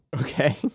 okay